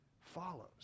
follows